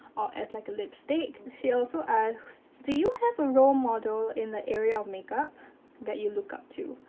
or as like a lipstick. she also asked do you have a role model in the area of makeup that you look up to?